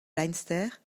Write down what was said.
leinster